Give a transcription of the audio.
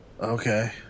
Okay